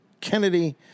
Kennedy